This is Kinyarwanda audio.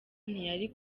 ntiyari